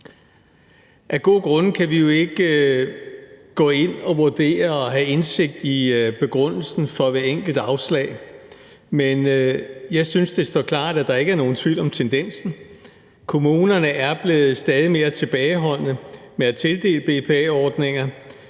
Af gode grunde kan vi jo ikke gået ind og vurdere og have indsigt i begrundelsen for hvert enkelt afslag, men jeg synes, det står klart, at der ikke er nogen tvivl om tendensen. Kommunerne er blevet stadig mere tilbageholdende med at tildele BPA-ordninger.